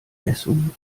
messung